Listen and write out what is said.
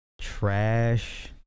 trash